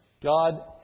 God